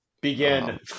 Begin